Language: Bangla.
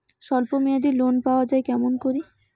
স্বল্প মেয়াদি লোন পাওয়া যায় কেমন করি?